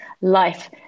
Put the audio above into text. life